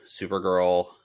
Supergirl